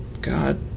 God